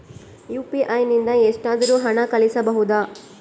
UPI ನಿಂದ ಎಷ್ಟಾದರೂ ಹಣ ಕಳಿಸಬಹುದಾ?